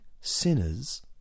sinners